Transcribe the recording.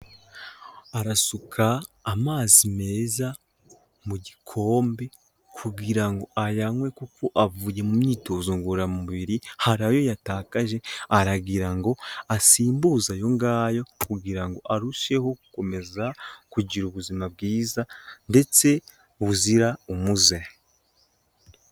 Arasuka amazi meza mu gikombe kugira ngo ayanywe kuko avuye mu myitozo ngororamubiri hari ayo yatakaje aragira ngo asimbuze ayo ngayo kugira ngo arusheho gukomeza kugira ubuzima bwiza ndetse buzira umuze.